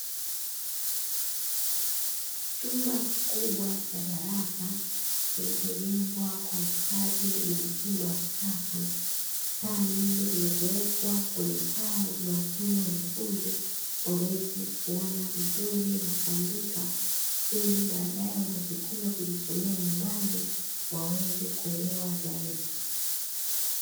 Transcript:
Chumba kikubwa cha darasa, kilichojengwa kwa ustadi na mtindo wa kisasa. Taa nyingi zilizowekwa kwenye paa zinazowafanya wanafunzi waweze kuona vizuri na kuandika, ili baadaye wanapokwenda kujisomea nyumbani waweze kuelewa zaidi.